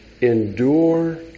endure